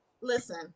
listen